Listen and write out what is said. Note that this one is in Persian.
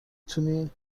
تونی